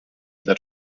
that